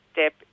step